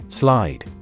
Slide